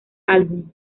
álbum